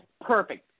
perfect